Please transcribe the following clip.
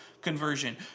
conversion